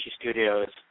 Studios